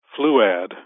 fluad